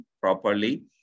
properly